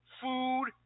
food